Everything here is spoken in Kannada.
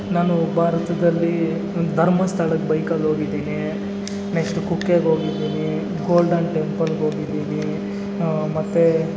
ನಾನು ಭಾರತದಲ್ಲಿ ಧರ್ಮಸ್ಥಳಕ್ಕೆ ಬೈಕಲ್ಲಿ ಹೋಗಿದ್ದೀನಿ ನೆಕ್ಸ್ಟ್ ಕುಕ್ಕೆಗೆ ಹೋಗಿದ್ದೀನಿ ಗೋಲ್ಡನ್ ಟೆಂಪಲ್ಗೋಗಿದ್ದೀನಿ ಮತ್ತು